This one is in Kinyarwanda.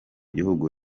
gihugu